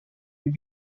will